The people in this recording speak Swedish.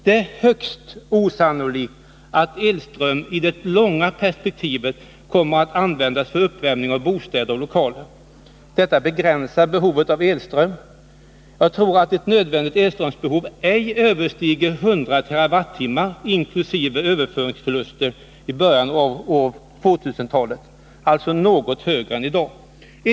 Det är högst osannolikt att elström i det långa perspektivet kommer att användas för uppvärmning av bostäder och lokaler. Detta begränsar behovet av elström. Jag tror att ett nödvändigt elströmsbehov ej överstiger 100 TWh, inkl. överföringsförluster, i början av 2000-talet. Det är alltså något högre än det behov vi har i dag.